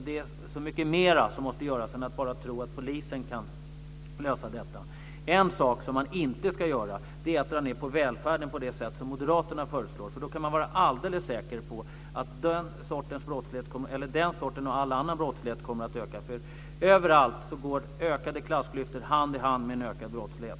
Det är så mycket mer som måste göras än att bara tro att polisen kan lösa detta. En sak som man inte ska göra är att dra ned på välfärden på det sätt som moderaterna föreslår. Då kan man vara alldeles säker på att den sortens brottslighet och all annan brottslighet kommer att öka. Överallt går ökade klassklyftor hand i hand med en ökad brottslighet.